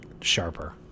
sharper